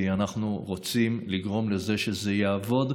כי אנחנו רוצים לגרום לזה לעבוד,